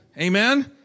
Amen